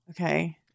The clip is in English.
Okay